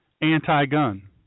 anti-gun